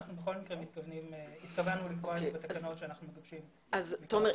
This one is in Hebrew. אנחנו בכל מקרה התכוונו לקבוע בתקנות שאנו מבקשים --- תומר,